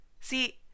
See